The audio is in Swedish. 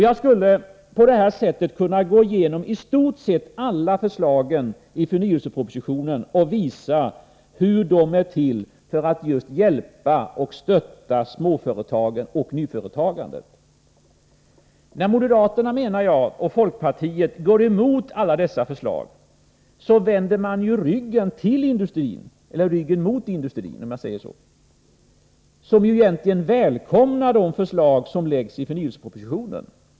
Jag skulle på det här sättet kunna gå igenom i stort sett alla förslagen i förnyelsepropositionen och visa hur de är till just för att hjälpa och stötta småföretagen och nyföretagandet. När moderaterna och folkpartiet går emot alla dessa förslag vänder de ryggen mot industrin, som ju egentligen välkomnar de förslag som läggs fram i förnyelsepropositionen.